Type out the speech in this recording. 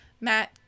Matt